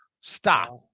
Stop